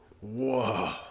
Whoa